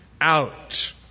out